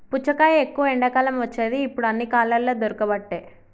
పుచ్చకాయ ఎక్కువ ఎండాకాలం వచ్చేది ఇప్పుడు అన్ని కాలాలల్ల దొరుకబట్టె